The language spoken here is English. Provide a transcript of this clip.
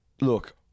look